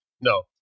No